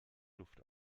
luft